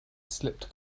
slipped